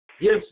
Yes